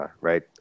right